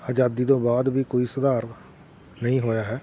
ਆਜ਼ਾਦੀ ਤੋਂ ਬਾਅਦ ਵੀ ਕੋਈ ਸੁਧਾਰ ਨਹੀਂ ਹੋਇਆ ਹੈ